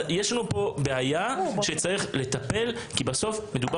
יש לנו פה בעיה שצריך לטפל בה כי בסוף מדובר